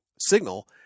signal